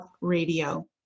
Radio